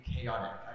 chaotic